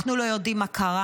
אנחנו לא יודעים מה קרה,